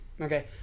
Okay